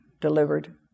delivered